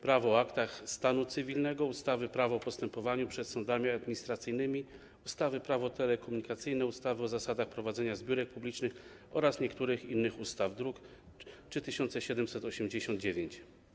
Prawo o aktach stanu cywilnego, ustawy Prawo o postępowaniu przed sądami administracyjnymi, ustawy Prawo telekomunikacyjne, ustawy o zasadach prowadzenia zbiórek publicznych oraz niektórych innych ustaw, druk nr 3789.